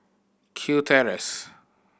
Kew Terrace